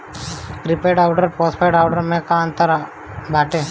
Prepaid अउर postpaid में का अंतर बाटे?